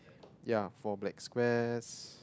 yeah four black squares